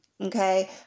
Okay